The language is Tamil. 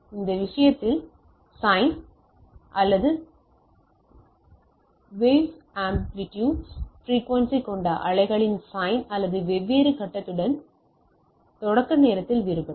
இந்த விஷயத்தில் சைன் அதே வௌஸ் ஆம்ப்ளிடியூட்ஸ் பிரிக்குவென்சி கொண்ட அலைகளின் சைன் ஆனால் வெவ்வேறு கட்டத்துடன் எனவே இது குறிப்பு நேரம் 1001 தொடக்க நேரத்தில் வேறுபட்டது